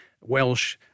Welsh